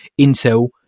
Intel